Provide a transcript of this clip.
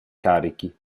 carichi